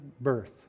birth